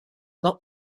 not